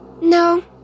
No